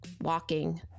walking